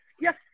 yes